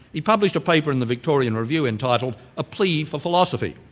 he published a paper in the victorian review, entitled a plea for philosophy,